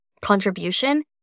contribution